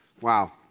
Wow